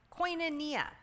koinonia